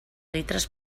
litres